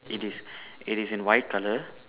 it is it is in white colour